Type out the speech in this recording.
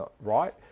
right